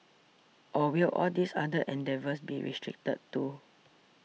or will all these other endeavours be restricted too